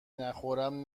نخورم